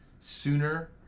sooner